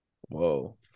Whoa